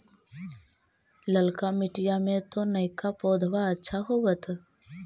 ललका मिटीया मे तो नयका पौधबा अच्छा होबत?